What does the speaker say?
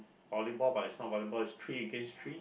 volleyball but it's not volleyball it's three against three